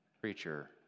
preacher